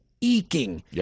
eking